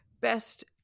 best